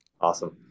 Awesome